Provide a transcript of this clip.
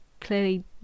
clearly